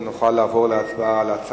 נוכל לעבור להצבעה בקריאה שנייה על